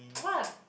what